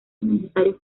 necesarios